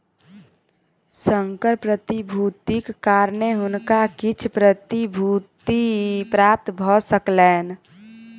संकर प्रतिभूतिक कारणेँ हुनका किछ प्रतिभूति प्राप्त भ सकलैन